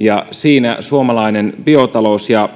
ja suomalainen biotalous ja